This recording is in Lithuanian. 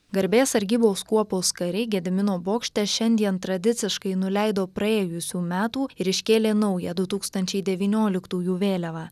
garbės sargybos kuopos kariai gedimino bokšte šiandien tradiciškai nuleido praėjusių metų ir iškėlė naują du tūkstančiai devynioliktųjų vėliavą